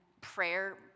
prayer